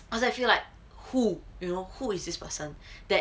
cause I feel like who you know who is this person that